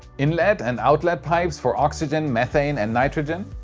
inlet and outlet pipes for oxygen, methane and nitrogen?